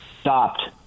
stopped